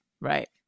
Right